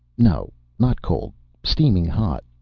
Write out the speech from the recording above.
no, not cold steaming hot.